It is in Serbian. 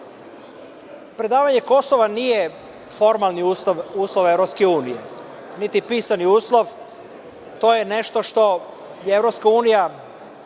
Predavanje Kosova nije formalni uslov EU, niti pisani uslov. To je nešto što je